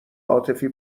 عاطفی